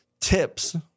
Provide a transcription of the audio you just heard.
tips